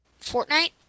Fortnite